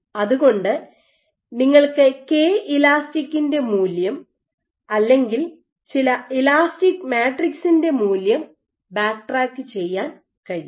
അതുകൊണ്ട് നിങ്ങൾക്ക് കെഇലാസ്റ്റിക്കിന്റെ മൂല്യം അല്ലെങ്കിൽ ചില ഇലാസ്റ്റിക് മാട്രിക്സിന്റെ മൂല്യം ബാക്ക്ട്രാക്ക് ചെയ്യാൻ കഴിയും